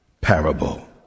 parable